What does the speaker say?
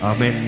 Amen